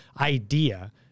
idea